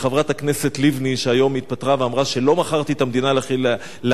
לחברת הכנסת לבני שהיום התפטרה ואמרה ש"לא מכרתי את המדינה לחרדים",